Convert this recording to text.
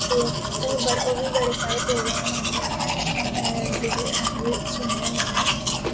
ते ओह् बी बड़े सारे प्रोग्राम आंदे नै जेह्ड़े सुनने होन्ने ऐं